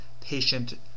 patient